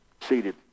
seated